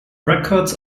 records